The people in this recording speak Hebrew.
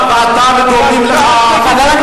אתה ודומים לך, הסרטן של החברה הישראלית.